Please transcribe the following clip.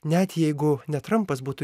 net jeigu ne trampas būtų